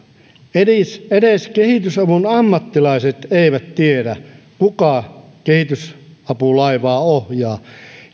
edes edes kehitysavun ammattilaiset eivät tiedä kuka kehitysapulaivaa ohjaa